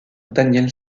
daniel